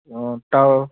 অ টাউ